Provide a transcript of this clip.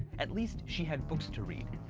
at least she had books to read.